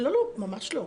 לא, ממש לא.